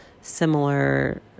similar